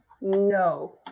no